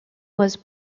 was